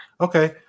Okay